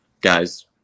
guys